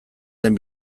den